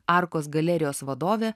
arkos galerijos vadovė